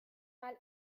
mal